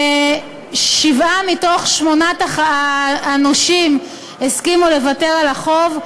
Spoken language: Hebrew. שבעה מתוך שמונת הנושים הסכימו לוותר על החוב,